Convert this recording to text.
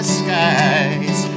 skies